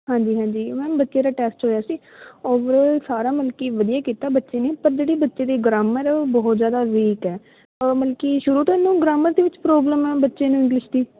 ਹਾਂਜੀ ਹਾਂਜੀ ਮੈਮ ਬੱਚੇ ਦਾ ਟੈਸਟ ਹੋਇਆ ਸੀ ਓਵਰਔਲ ਸਾਰਾ ਮਤਲਬ ਕਿ ਵਧੀਆ ਹੀ ਕੀਤਾ ਬੱਚੇ ਨੇ ਪਰ ਜਿਹੜੀ ਬੱਚੇ ਦੀ ਗਰਾਮਰ ਆ ਉਹ ਬਹੁਤ ਜ਼ਿਆਦਾ ਵੀਕ ਹੈ ਮਤਲਬ ਕਿ ਸ਼ੁਰੂ ਤੋਂ ਇਹਨੂੰ ਗਰਾਮਰ ਦੇ ਵਿੱਚ ਪ੍ਰੋਬਲਮ ਆ ਬੱਚੇ ਨੂੰ ਇੰਗਲਿਸ਼ ਦੀ